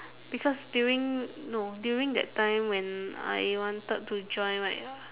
because during no during that time when I wanted to join right